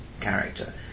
character